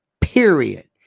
period